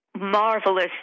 marvelous